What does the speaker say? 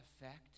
effect